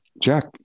Jack